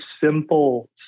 simple